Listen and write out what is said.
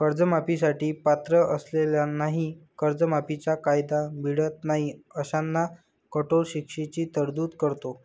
कर्जमाफी साठी पात्र असलेल्यांनाही कर्जमाफीचा कायदा मिळत नाही अशांना कठोर शिक्षेची तरतूद करतो